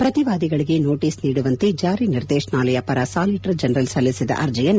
ಪ್ರತಿವಾದಿಗಳಿಗೆ notice ನೀಡುವಂತೆ ಜಾರಿ ನಿರ್ದೇಶನಾಲಯ ಪರ ಸಾಲಿಟರ್ ಜನರಲ್ ಸಲ್ಲಿಸಿದ್ದ ಅರ್ಜೆಯನ್ನು